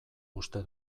uste